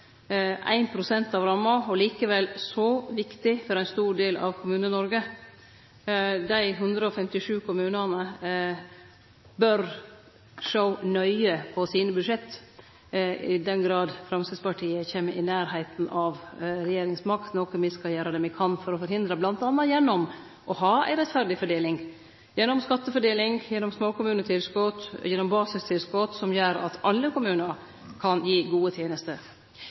ein stor del av Kommune-Noreg. Dei 157 kommunane bør sjå nøye på sine budsjett – i den grad Framstegspartiet kjem i nærleiken av regjeringsmakt, noko me skal gjere det me kan for å forhindre, bl.a. gjennom å ha ei rettferdig fordeling, gjennom skattefordeling, gjennom småkommunetilskot, gjennom basistilskot, som gjer at alle kommunar kan gi gode tenester.